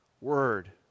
word